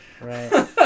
Right